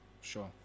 sure